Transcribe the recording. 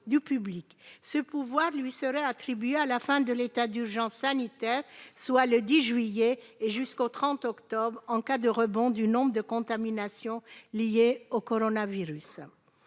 Ce pouvoir lui serait confié après la fin de l'état d'urgence sanitaire, le 10 juillet, et jusqu'au 30 octobre prochain en cas de rebond du nombre de contaminations liées au coronavirus.